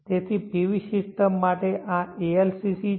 તેથી PV system માટે આ ALCC છે